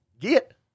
get